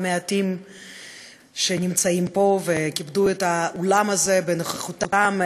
מעטים שנמצאים פה וכיבדו את האולם הזה בנוכחותם,